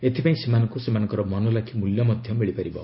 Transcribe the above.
ଏଥିପାଇଁ ସେମାନଙ୍କୁ ସେମାନଙ୍କର ମନଲାଖି ମୂଲ୍ୟ ମିଳିବ